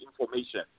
information